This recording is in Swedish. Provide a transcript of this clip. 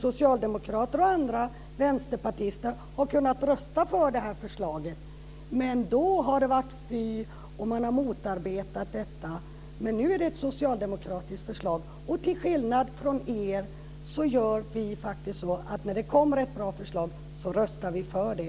Socialdemokrater, vänsterpartister och andra har kunnat rösta på förslaget. Men då har det varit fy. Man har motarbetat det. Nu är det ett socialdemokratiskt förslag, och till skillnad från er gör vi faktiskt så att när det kommer ett bra förslag röstar vi för det.